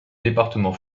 département